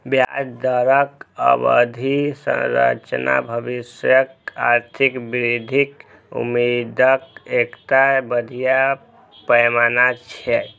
ब्याज दरक अवधि संरचना भविष्यक आर्थिक वृद्धिक उम्मीदक एकटा बढ़िया पैमाना छियै